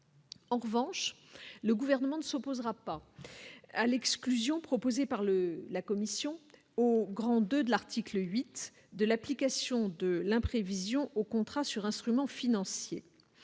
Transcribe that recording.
En revanche, le gouvernement ne s'opposera pas à l'exclusion, proposé par le la Commission au grand 2 de l'article 8 de l'application de l'imprévision au contrat sur instruments financiers